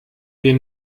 wir